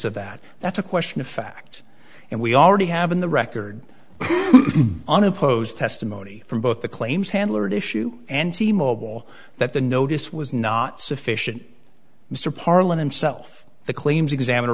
of that that's a question of fact and we already have in the record unopposed testimony from both the claims handler at issue and t mobile that the notice was not sufficient mr parlin unself the claims examiner